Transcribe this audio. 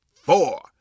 four